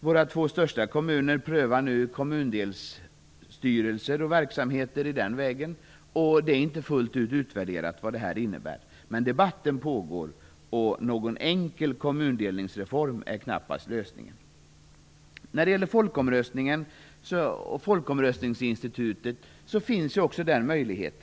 Våra två största kommuner prövar nu kommundelsstyrelser och verksamheter på den nivån, och det är inte fullt ut utvärderat vad detta innebär. Men debatten pågår, och någon enkel kommundelningsreform är knappast lösningen. Också folkomröstningsinstitutet är en möjlighet.